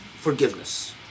forgiveness